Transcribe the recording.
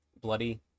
bloody